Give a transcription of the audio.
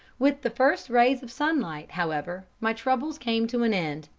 with the first rays of sunlight, however, my troubles came to an end.